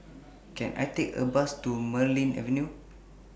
Can I Take A Bus to Marlene Avenue